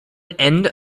end